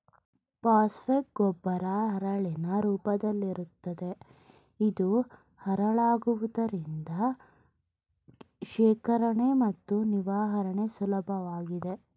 phosphate ಗೊಬ್ಬರ ಹರಳಿನ ರೂಪದಲ್ಲಿರುತ್ತದೆ ಇದು ಹರಳಾಗಿರುವುದರಿಂದ ಶೇಖರಣೆ ಮತ್ತು ನಿರ್ವಹಣೆ ಸುಲಭವಾಗಿದೆ